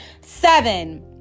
seven